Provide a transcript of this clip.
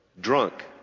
Drunk